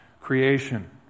creation